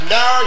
Now